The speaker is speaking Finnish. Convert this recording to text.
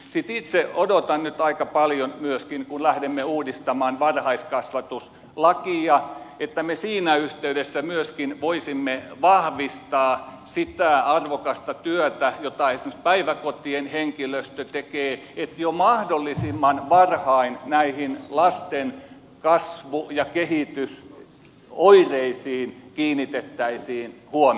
sitten itse odotan nyt aika paljon myöskin kun lähdemme uudistamaan varhaiskasvatuslakia että me siinä yhteydessä myöskin voisimme vahvistaa sitä arvokasta työtä jota esimerkiksi päiväkotien henkilöstö tekee että jo mahdollisimman varhain näihin lasten kasvu ja kehitysoireisiin kiinnitettäisiin huomiota